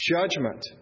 judgment